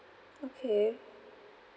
okay